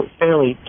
fairly